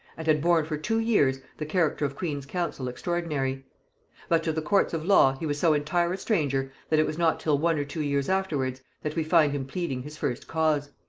and had borne for two years the character of queen's counsel extraordinary but to the courts of law he was so entire a stranger that it was not till one or two years afterwards that we find him pleading his first cause.